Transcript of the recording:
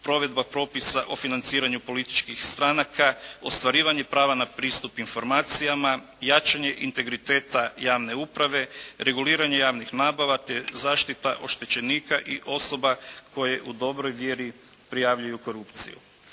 provedba propisa o financiranju političkih stranaka, ostvarivanje prava na pristup informacijama, jačanje integriteta javne uprave, reguliranje javnih nabava, te zaštita oštećenika i osoba koje u dobroj vjeri prijavljuju korupciju.